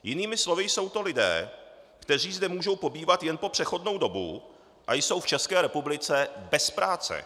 Jinými slovy jsou to lidé, kteří zde můžou pobývat jen po přechodnou dobu a jsou v České republice bez práce.